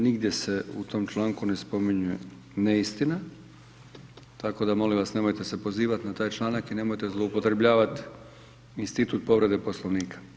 Nigdje se u tom čl. ne spominje neistina tako da molim vas, nemojte se pozivati na taj čl. i nemojte zloupotrebljavati institut povrede Poslovnika.